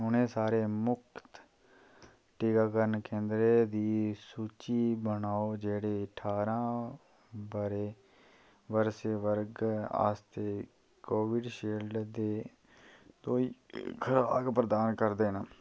उ'नें सारे मुख्त टीकाकरण केंदरें दी सूची बनाओ जेह्ड़े ठारां ब'रे बरसे वर्ग आस्तै कोविशील्ड दे दूई खराक प्रदान करदे न